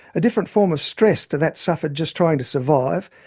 a different form of stress to that suffered just trying to survive,